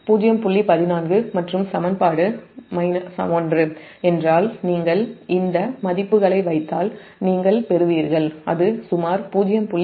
14 மற்றும் சமன்பாடு 1 என்றால் நீங்கள் இந்த மதிப்புகளை வைத்தால் அது சுமார் 0